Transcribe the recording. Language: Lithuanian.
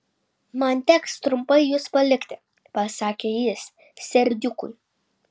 man teks trumpai jus palikti pasakė jis serdiukui